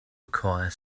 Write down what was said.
acquire